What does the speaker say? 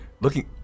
looking